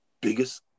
biggest